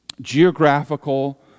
geographical